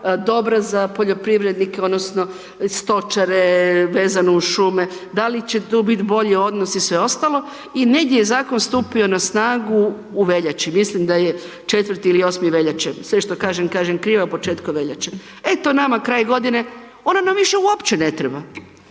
dobra za poljoprivrednike odnosno stočare vezano uz šume, da li će tu biti bolji odnosi i sve ostalo i negdje je zakon stupio na snagu u veljači, mislim da je 4. ili 8. veljače. Sve što kažem, kažem krivo, početkom veljače. Eto nama kraj godine, ona nam više uopće ne treba.